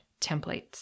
templates